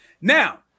Now